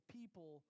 people